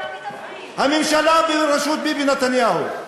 הממשלה בראשות ביבי נתניהו.